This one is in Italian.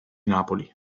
napoli